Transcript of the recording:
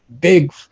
big